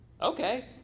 Okay